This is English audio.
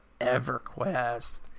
EverQuest